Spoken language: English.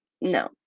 No